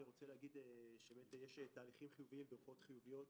אני רוצה להגיד שיש תהליכים חיוביים ורוחות חיוביות,